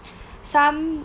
some